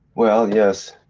well, yes.